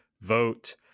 Vote